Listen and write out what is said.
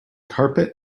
carpet